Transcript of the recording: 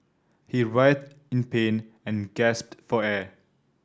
he writhed in pain and gasped for air